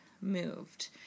moved